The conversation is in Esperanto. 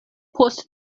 post